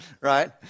right